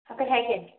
ꯀꯩ ꯍꯥꯏꯒꯦ